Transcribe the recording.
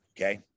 Okay